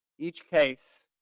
each case,